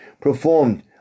performed